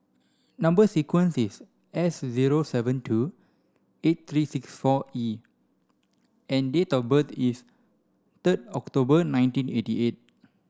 number sequence is S zero seven two eight three six four E and date of birth is third October nineteen eighty eight